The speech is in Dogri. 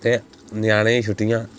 ते ञ्यानें गी छुट्टियां